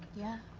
yeah.